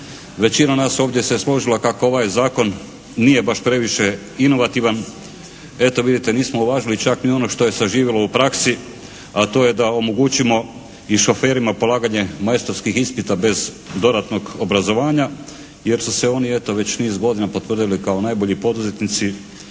Većina nas ovdje se je složila kako ovaj zakon nije baš previše inovativan. Eto vidite nismo uvažili čak ni ono što je zaživjelo u praksi, a to je da omogućimo i šoferima polaganje majstorskih ispita bez dodatnog obrazovanja jer su se oni eto već niz potvrdili kao najbolji poduzetnici